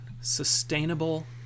Sustainable